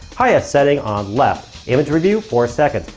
highest setting on left. image review. four seconds.